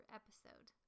episode